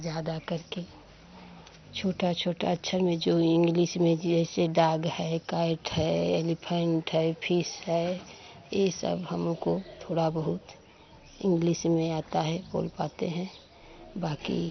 ज़्यादा करके छोटे छोटे अक्षर में जो इंग्लिस में जैसे डाग है कैट है एलिफैन्ट है फिस है ई सब हमको थोड़ा बहुत इंग्लिस में आता है बोल पाते हैं बाकी